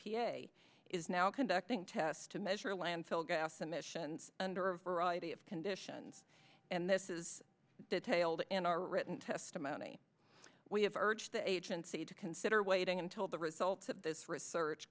a is now conducting tests to measure landfill gas emissions under a variety of conditions and this is detailed in our written testimony we have urged the agency to consider waiting until the results of this research